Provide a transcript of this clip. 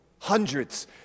Hundreds